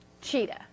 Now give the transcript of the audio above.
Cheetah